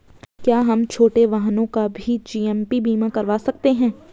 क्या हम छोटे वाहनों का भी जी.ए.पी बीमा करवा सकते हैं?